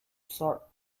sort